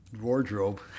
wardrobe